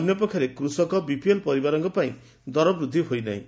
ଅନ୍ୟପକ୍ଷରେ କୃଷକ ବିପିଏଲ ପରିବାରଙ୍କ ପାଇଁ ଦର ବୃଦ୍ଧି ହୋଇନାହିଁ